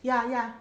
ya ya